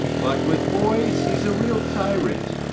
but with boys he's a real tyrant.